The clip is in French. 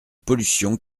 pollution